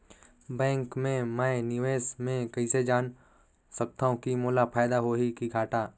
Bank मे मैं निवेश मे कइसे जान सकथव कि मोला फायदा होही कि घाटा?